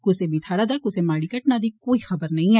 कुसै बी थाहरा दा बी कुसै माड़ी घटना दी खबर नेई ऐ